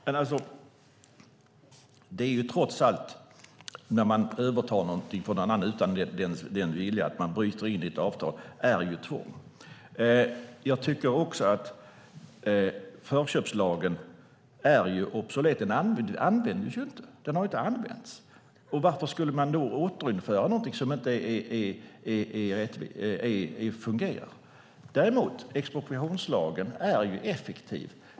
Herr talman! Det är trots allt så att när man övertar någonting från någon annan utan dennes vilja och bryter ett avtal är det tvång. Jag tycker också att förköpslagen är obsolet. Den har inte använts. Varför skulle man återinföra någonting som inte fungerar? Däremot är expropriationslagen effektiv.